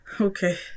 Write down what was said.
Okay